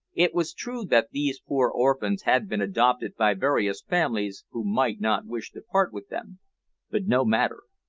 it was true that these poor orphans had been adopted by various families who might not wish to part with them but no matter,